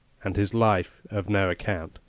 and his life of no account.